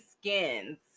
skins